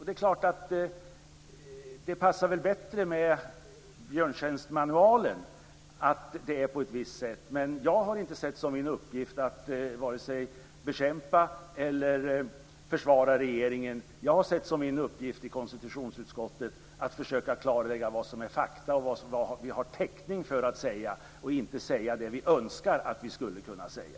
Det är klart att det passar bättre ihop med björntjänstmanualen att det är på ett visst sätt, men jag har inte sett som min uppgift att vare sig bekämpa eller försvara regeringen. Jag har sett som min uppgift i konstitutionsutskottet att försöka klarlägga vad som är fakta och vad vi har täckning för att säga, och inte att säga det vi önskar att vi skulle kunna säga.